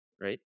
right